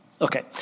Okay